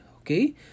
okay